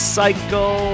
cycle